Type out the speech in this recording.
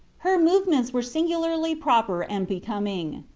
her move ments were singularly proper and be coming.